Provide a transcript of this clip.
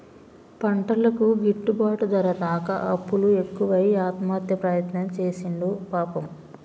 పంటలకు గిట్టుబాటు ధర రాక అప్పులు ఎక్కువై ఆత్మహత్య ప్రయత్నం చేసిండు పాపం